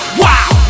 wow